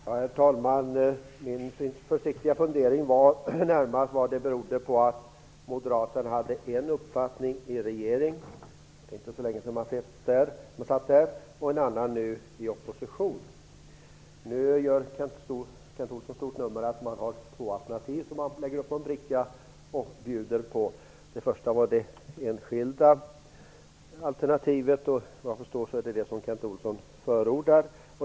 Herr talman! Min försiktiga fundering var närmast vad det berodde på att Moderaterna hade en uppfattning i regering - det är inte så länge sedan man satt där - och en annan nu i opposition. Nu gör Kent Olsson ett stort nummer av att man har två alternativ som man lägger upp på en bricka och bjuder på. Det första var det enskilda alternativet, och vad jag förstår är det detta som Kent Olsson förordar.